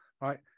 right